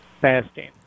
Fasting